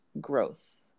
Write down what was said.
growth